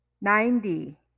Ninety